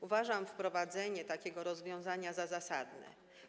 Uważam, że wprowadzenie takiego rozwiązania jest zasadne.